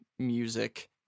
music